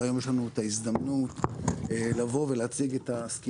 היום יש לנו את ההזדמנות להציג את הסקירה